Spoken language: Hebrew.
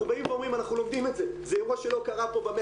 אנחנו באים ואומרים, אנחנו לומדים את זה.